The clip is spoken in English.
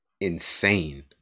insane